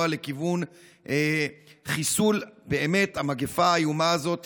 לכיוון חיסול באמת של המגפה האיומה הזאת.